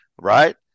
right